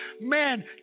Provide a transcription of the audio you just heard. Man